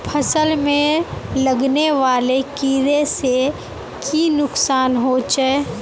फसल में लगने वाले कीड़े से की नुकसान होचे?